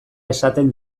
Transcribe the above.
esaten